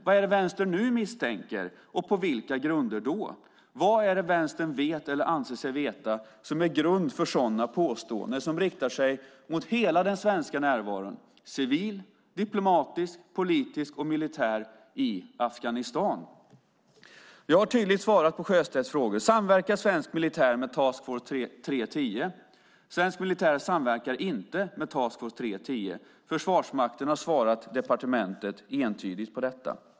Vad är det Vänstern nu misstänker och på vilka grunder? Vad är det Vänstern vet eller anser sig veta som ger grund för sådana påståenden som riktar sig mot hela den svenska närvaron, civil, politisk, diplomatisk och militär, i Afghanistan? Jag har tydligt svarat på Sjöstedts fråga: Samverkar svensk militär med Task Force 3-10? Svensk militär samverkar inte med Task Force 3-10. Försvarsmakten har svarat departementet entydigt på detta.